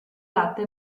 latte